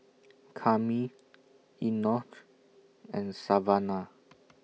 Kami Enoch and Savanna